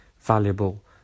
valuable